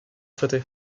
traités